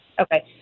Okay